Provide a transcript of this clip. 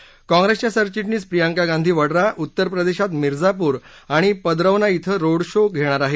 तर काँग्रेसच्या सरविटणीस प्रियांका गांधी वडूा उत्तर प्रदेशात मिरझापूर आणि पदरौना ििं रोड शो घेणार आहेत